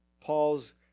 Paul's